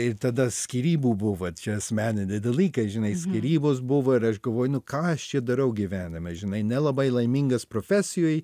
ir tada skyrybų buvo čia asmeniniai dalykai žinai skyrybos buvo ir aš galvoju nu ką aš čia darau gyvenime žinai nelabai laimingas profesijoj